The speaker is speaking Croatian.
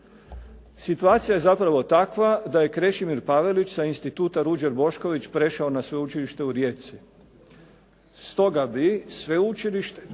Situacija je zapravo takva da je Krešimir Pavelić sa Instituta “Ruđer Bošković“ prešao na Sveučilište u Rijeci.